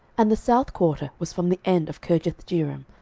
and the south quarter was from the end of kirjathjearim,